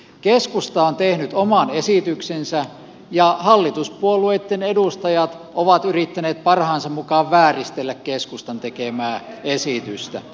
keskusta on tehnyt oman esityksensä ja hallituspuolueitten edustajat ovat yrittäneet parhaansa mukaan vääristellä keskustan tekemää esitystä